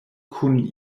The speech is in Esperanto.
kun